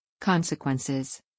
Consequences